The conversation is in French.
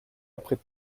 après